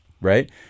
right